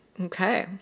Okay